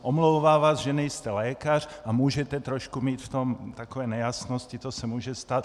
Omlouvá vás, že nejste lékař a můžete trošku mít v tom takové nejasnosti, to se může stát.